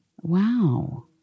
Wow